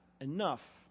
enough